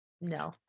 no